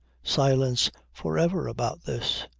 silence for ever about this.